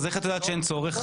אז איך את יודעת שאין צורך?